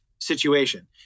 situation